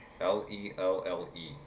L-E-L-L-E